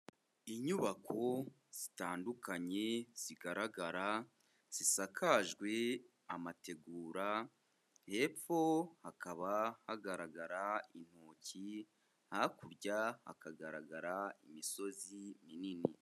Inyubako zitandukanye zigaragara zisakajwe amategura, hepfo hakaba hagaragara intoki, hakurya hakagaragara imisozi minini.